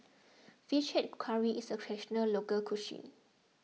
Fish Head Curry is a Traditional Local Cuisine